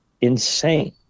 insane